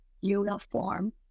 uniform